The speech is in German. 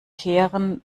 kehren